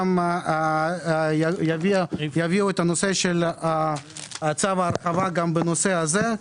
גם יביאו את הנושא של צו הרחבה בנושא הזה.